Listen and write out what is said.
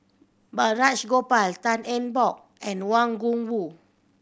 Balraj Gopal Tan Eng Bock and Wang Gungwu